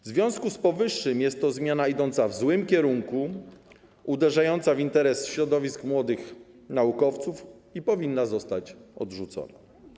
W związku z powyższym jest to zmiana idąca w złym kierunku, uderzająca w interes środowisk młodych naukowców i powinna zostać odrzucona.